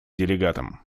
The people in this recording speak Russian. делегатам